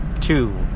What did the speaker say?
two